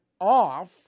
off